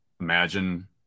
imagine